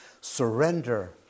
surrender